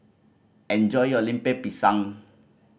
enjoy your Lemper Pisang